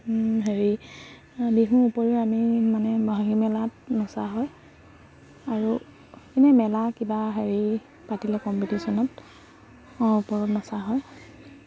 হেৰি বিহু উপৰিও আমি মানে বাহী মেলাত নচা হয় আৰু এনেই মেলা কিবা হেৰি পাতিলে কম্পিটিশ্যনত ওপৰত নচা হয়